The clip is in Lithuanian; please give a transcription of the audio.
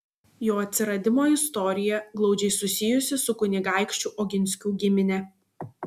jo atsiradimo istorija glaudžiai susijusi su kunigaikščių oginskių gimine